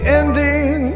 ending